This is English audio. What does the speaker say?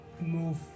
move